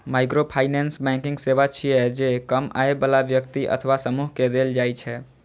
microfinance banking सेवा छियै, जे कम आय बला व्यक्ति अथवा समूह कें देल जाइ छै